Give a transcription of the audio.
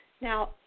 Now